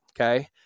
Okay